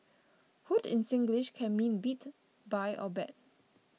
hoot in Singlish can mean beat buy or bet